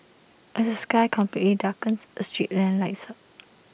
as the sky completely darkens A street lamp lights up